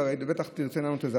ובטח תרצה לענות על זה,